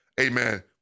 Amen